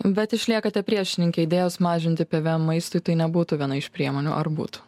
bet išliekate priešininke idėjos mažinti pėvė em maistui tai nebūtų viena iš priemonių ar būtų